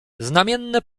znamienne